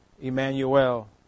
Emmanuel